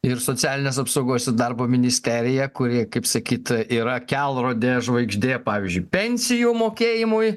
ir socialinės apsaugos ir darbo ministerija kuri kaip sakyta yra kelrodė žvaigždė pavyzdžiui pensijų mokėjimui